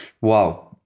Wow